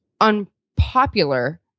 unpopular